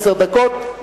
עשר דקות,